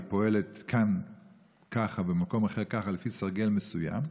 פועלת כאן ככה ובמקום אחר ככה לפי סרגל מסוים,